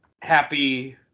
happy